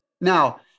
Now